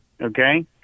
okay